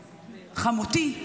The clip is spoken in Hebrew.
חמותי,